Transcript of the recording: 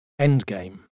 Endgame